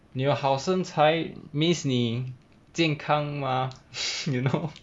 你有好身材 means 你健康 mah you know